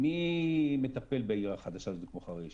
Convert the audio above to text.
מי מטפל בעיר החדשה הזו, חריש?